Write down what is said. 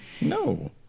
No